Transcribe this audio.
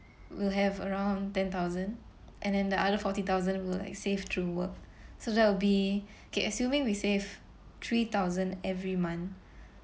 we'll have around ten thousand and then the other forty thousand will like save through work so that will be okay assuming we save three thousand every month